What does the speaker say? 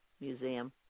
Museum